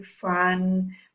fun